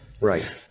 right